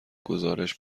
گزارش